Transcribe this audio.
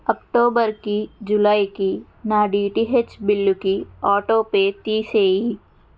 అక్టోబర్కి జులైకి నా డిటిహెచ్ బిల్లుకి ఆటోపే తీసేయి